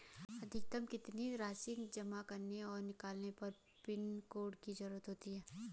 अधिकतम कितनी राशि जमा करने और निकालने पर पैन कार्ड की ज़रूरत होती है?